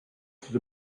the